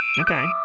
Okay